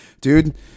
dude